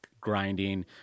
grinding